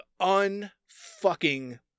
unfucking